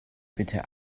bitte